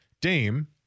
Dame